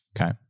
Okay